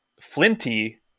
flinty